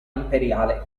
imperiale